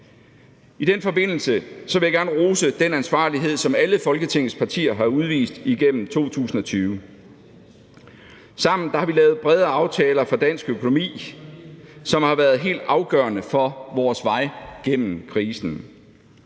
I den forbindelse vil jeg gerne rose den ansvarlighed, som alle Folketingets partier har udvist igennem 2020. Sammen har vi lavet brede aftaler for dansk økonomi, som har været helt afgørende for vores vej gennem krisen.